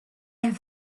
have